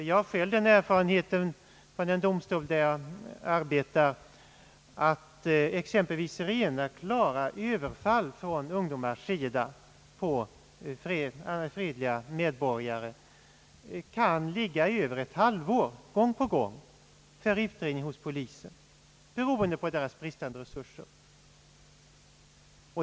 Jag har själv den erfarenheten från den domstol där jag arbetar att exempelvis klara överfall av ungdomar på fredliga medborgare gång på gång kan få ligga över ett halvår under utredning hos polisen beroende på dennas bristande resurser.